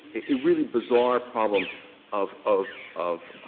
a really bizarre problem of of of